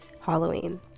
halloween